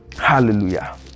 hallelujah